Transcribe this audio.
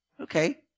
okay